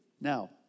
Now